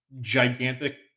gigantic